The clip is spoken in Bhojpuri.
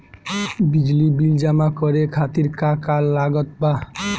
बिजली बिल जमा करे खातिर का का लागत बा?